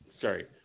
Sorry